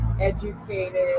educated